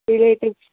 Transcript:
relatives